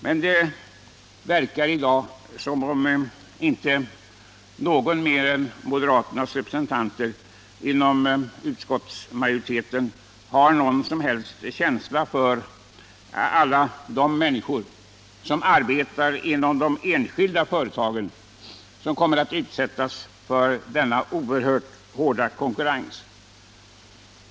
Men i dag verkar det inte som om någon mer än moderaternas representanter inom utskottsmajoriteten har någon som helst känsla för alla de människor som arbetar inom de enskilda företagen och som kommit att utsättas för denna oerhört hårda konkurrens.